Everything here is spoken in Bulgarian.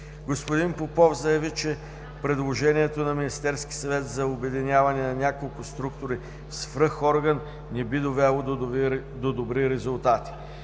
Господин Попов заяви, че предложението на Министерския съвет за обединяване на няколко структури в свръх орган не би довело до добри резултати.